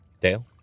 Dale